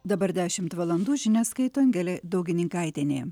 dabar dešimt valandų žinias skaito angelė daugininkaitienė